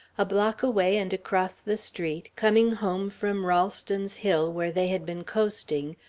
a block away, and across the street, coming home from rolleston's hill where they had been coasting,